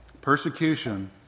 Persecution